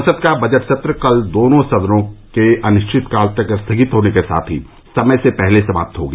संसद का बजट सत्र कल दोनों सदनों के अनिश्चितकाल तक स्थगित होने के साथ ही समय से पहले समाप्त हो गया